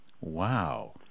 Wow